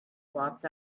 blots